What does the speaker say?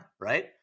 right